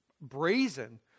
brazen